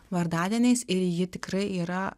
vardadieniais ir ji tikrai yra